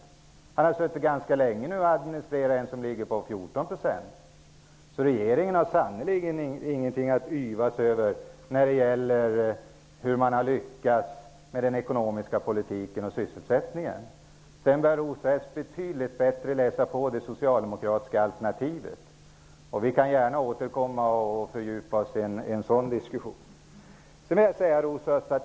Men han har suttit ganska länge nu och har då administrerat en arbetslöshet på omkring 14 %. Regeringen har sannerligen inte något att yvas över när det gäller detta med hur man har lyckats med den ekonomiska politiken och sysselsättningen. Rosa Östh behöver betydligt bättre läsa på när det gäller det socialdemokratiska alternativet. Vi kan gärna återkomma till detta och fördjupa oss i en diskussion.